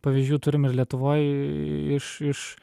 pavyzdžių turim ir lietuvoj iš iš